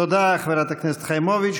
תודה, חברת הכנסת חיימוביץ'.